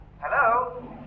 Hello